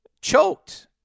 Choked